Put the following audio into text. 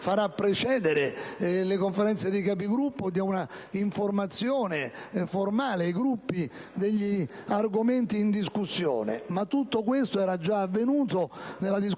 farà precedere le Conferenze dei Capigruppo da un'informazione formale ai Gruppi sugli argomenti in discussione. Ma tutto questo era già avvenuto nella discussione